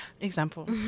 example